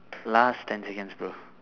last ten seconds bro